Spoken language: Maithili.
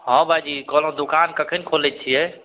हँ भाइजी कहलहुँ दोकान कखन खोलै छिए